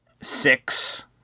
six